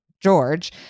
george